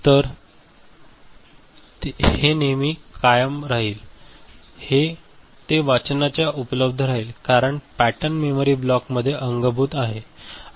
तर हे नेहमीसाठी कायम राहील ते वाचनासाठी उपलब्ध राहील कारण पॅटर्न मेमरी ब्लॉक मध्ये अंगभूत आहे